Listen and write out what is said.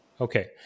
Okay